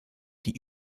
die